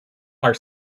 are